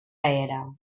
era